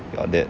got that